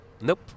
Nope